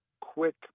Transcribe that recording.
quick